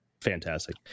fantastic